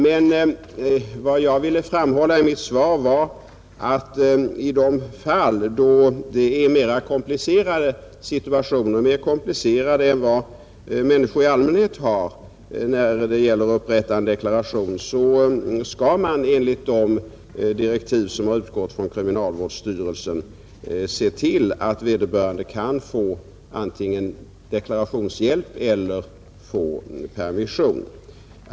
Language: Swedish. Men vad jag ville framhålla i mitt svar var att då det gäller mera komplicerade situationer — mera komplicerade än vad som är fallet för människor i allmänhet — vid upprättandet av deklaration, så skall man enligt de direktiv som utgått från kriminalvårdsstyrelsen se till att vederbörande kan få antingen deklarationshjälp eller permission.